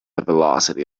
velocity